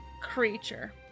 creature